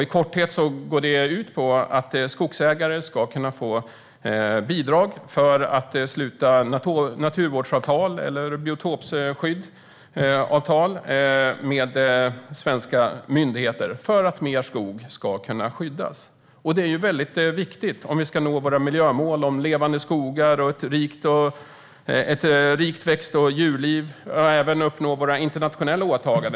I korthet går det ut på att skogsägare ska kunna få bidrag för att sluta naturvårdsavtal eller biotopsskyddsavtal med svenska myndigheter för att mer skog ska kunna skyddas. Det är väldigt viktigt om vi ska nå våra miljömål om levande skogar, ett rikt växt och djurliv och även uppnå våra internationella åtaganden.